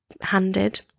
handed